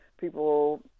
people